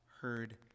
heard